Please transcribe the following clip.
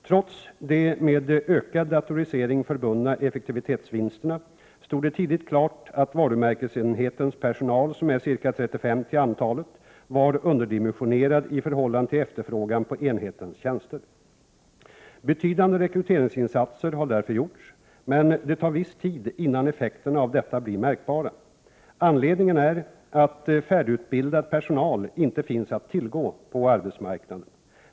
Trots de med ökad datorisering förbundna effektivitetsvinsterna, stod det tidigt klart att varumärkesenhetens personal, som är ca 35 till antalet, var underdimensionerad i förhållande till efterfrågan på enhetens tjänster. Betydande rekryteringsinsatser har därför gjorts, men det tar viss tid innan effekterna av detta blir märkbara. Anledningen är att färdigutbildad personal inte finns att tillgå på arbetsmarknaden.